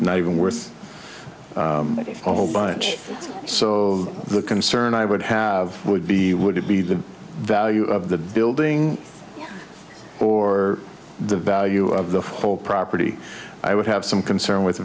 not even worse over a bunch so the concern i would have would be would it be the value of the building or the value of the whole property i would have some concern with the